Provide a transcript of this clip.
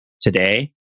today